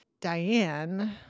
Diane